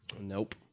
Nope